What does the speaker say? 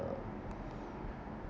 uh